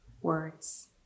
words